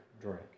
drink